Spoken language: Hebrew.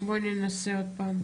אתה מכיר את כל ה-481 פוליגונים שבהם